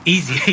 Easy